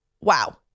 Wow